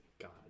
God